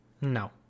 No